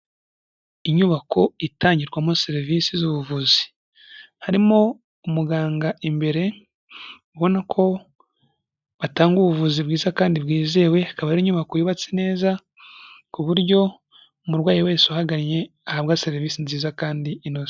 Inyubako itangirwamo serivisi z'ubuvuzi. Harimo umuganga imbere, ubona ko batanga ubuvuzi bwiza kandi bwizewe, akaba ari inyubako yubatse neza, ku buryo umurwayi wese uhaganye, ahabwa serivisi nziza kandi inoze.